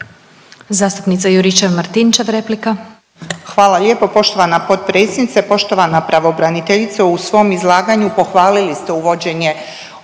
replika. **Juričev-Martinčev, Branka (HDZ)** Hvala lijepo poštovana potpredsjedniče, poštovana pravobraniteljice. U svom izlaganju pohvalili ste uvođenje